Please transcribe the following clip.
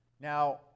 Now